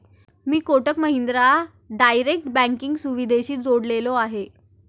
मी Kotak Mahindra direct banking सुविधेशी जोडलेलो आहे?